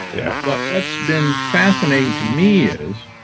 yeah but what's been fascinating to me is,